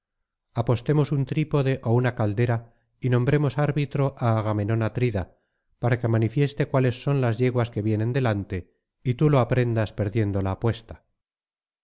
apostemos un trípode ó una caldera y nombremos arbitro á agamenón atrida para que manifieste cuáles son las yeguas que vienen delante y tú lo aprendas perdiendo la apuesta